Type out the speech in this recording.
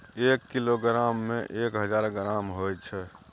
एक किलोग्राम में एक हजार ग्राम होय छै